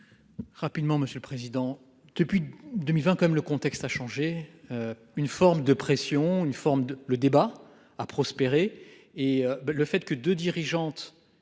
Rapidement monsieur le président. Depuis 2020, comme le contexte a changé. Une forme de pression, une forme de. Le débat a prospéré et le fait que deux dirigeantes